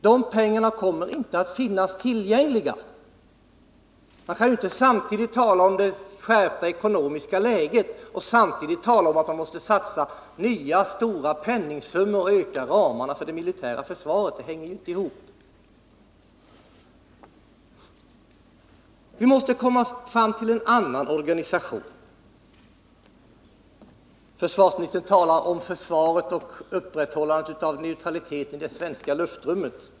De pengarna kommer dock inte att finnas tillgängliga. Man kan inte samtidigt som man talar om det skärpta ekonomiska läget ställa krav på nya stora penningsummor för att vidga ramarna för det militära försvaret. Det går inte ihop. Vi måste komma fram till en annan organisation. Försvarsministern talar om skyddet av och upprätthållandet av neutraliteten inom det svenska luftrummet.